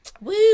Woo